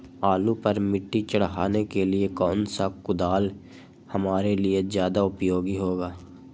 आलू पर मिट्टी चढ़ाने के लिए कौन सा कुदाल हमारे लिए ज्यादा उपयोगी होगा?